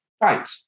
right